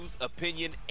opinion